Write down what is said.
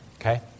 Okay